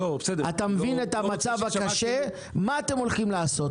אתה מבין את המצב הקשה, מה אתם הולכים לעשות?